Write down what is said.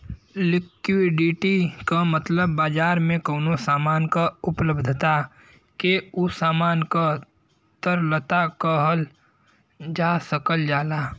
liquidity क मतलब बाजार में कउनो सामान क उपलब्धता के उ सामान क तरलता कहल जा सकल जाला